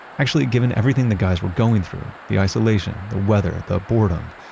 actually, given everything the guys were going through the isolation, the weather, the boredom,